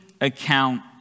account